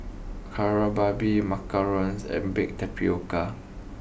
Kari Babi Macarons and Baked Tapioca